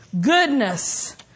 Goodness